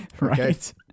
Right